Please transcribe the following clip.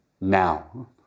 now